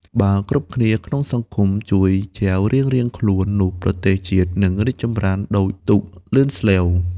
បើគ្រប់គ្នាក្នុងសង្គមជួយចែវរៀងៗខ្លួន នោះប្រទេសជាតិនឹងរីកចម្រើនដូចទូកលឿនស្លេវ។